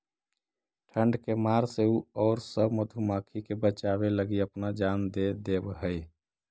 ठंड के मार से उ औउर सब मधुमाखी के बचावे लगी अपना जान दे देवऽ हई